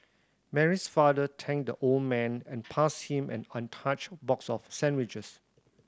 Mary's father thanked the old man and passed him an untouched box of sandwiches